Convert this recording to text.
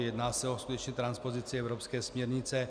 Jedná se o skutečně transpozici evropské směrnice.